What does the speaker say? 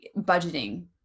budgeting